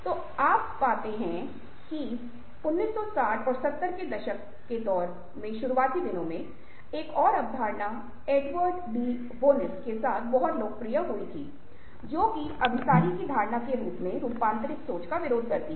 तब आप पाते हैं कि १ ९ ६० और ७० के दशक में दौर शुरू करने वाली एक और अवधारणा एडवर्ड डी बोनोस के साथ बहुत लोकप्रिय हो गई जो कि अभिसारी की अवधारणा के रूप में रूपांतरित सोच का विरोध करती है